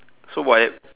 so what